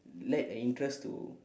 led an interest to